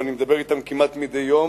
ואני מדבר אתם כמעט מדי יום,